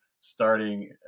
starting